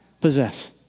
possess